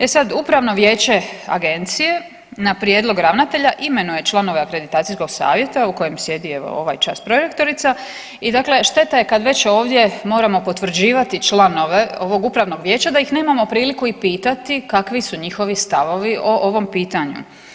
E sad, upravno vijeće agencije na prijedlog ravnatelja imenuje članove akreditacijskog savjeta u kojem sjedi evo ovaj čas prorektorica i dakle šteta je kad već ovdje moramo potvrđivati članove ovog upravnog vijeća da ih nemamo priliku i pitati kakvi su njihovi stavovi o ovom pitanju.